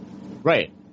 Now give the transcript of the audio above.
Right